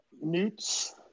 newts